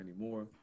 anymore